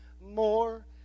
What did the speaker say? more